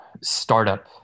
startup